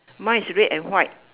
mine is red and white